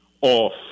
off